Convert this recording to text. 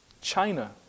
China